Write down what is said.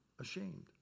ashamed